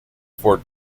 ford